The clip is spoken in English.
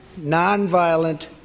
nonviolent